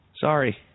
sorry